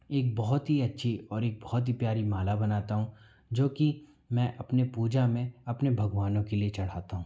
एक बहुत ही अच्छी और एक बहुत ही प्यारी माला बनाता हूँ जो कि मैं पूजा में अपने भगवानों के लिए चढ़ाता हूँ